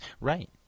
Right